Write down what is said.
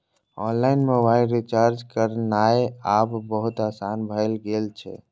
online mobile recharge करनाय आब बहुत आसान भए गेल छै